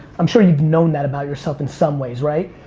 i'm sure you've known that about yourself in some ways, right?